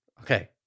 Okay